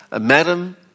Madam